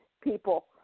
people